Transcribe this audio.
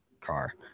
car